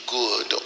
good